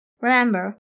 Remember